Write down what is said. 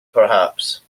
perhaps